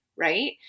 Right